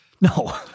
No